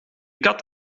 kat